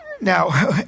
Now